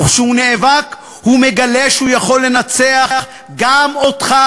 וכשהוא נאבק הוא מגלה שהוא יכול לנצח גם אותך,